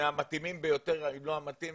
הוא מהמתאימים ביותר אם לא המתאים